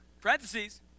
parentheses